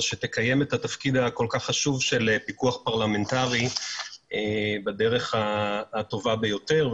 שתקיים את התפקיד החשוב כל כך של פיקוח פרלמנטרי בדרך הטובה ביותר.